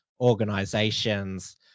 organizations